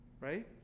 Right